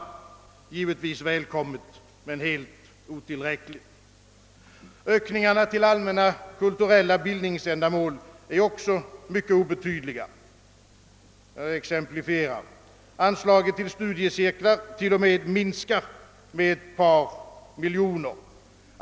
De är givetvis välkomna men helt otillräckliga. Ökningarna av anslagen till allmänkulturella bildningsändamål är också mycket obetydliga. Jag exemplifierar: Anslaget till studiecirklar t.o.m. minskar med ett par miljoner.